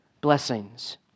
blessings